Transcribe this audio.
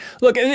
Look